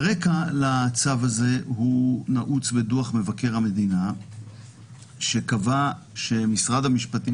והרקע לצו הזה נעוץ בדוח מבקר המדינה שקבע שמשרד המשפטים